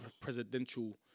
presidential